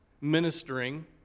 ministering